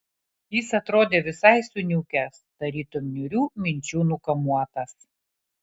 jis atrodė visai suniukęs tarytum niūrių minčių nukamuotas